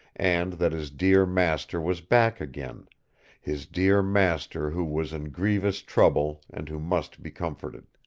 and that his dear master was back again his dear master who was in grievous trouble and who must be comforted.